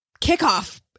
kickoff